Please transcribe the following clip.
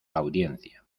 audiencia